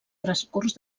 transcurs